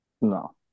No